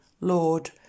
Lord